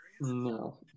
No